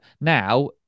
Now